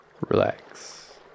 Relax